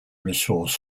resource